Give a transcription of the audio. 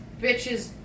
bitches